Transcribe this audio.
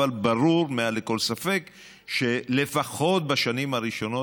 אבל ברור מעל לכל ספק שלפחות בשנים הראשונות